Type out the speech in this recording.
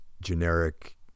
generic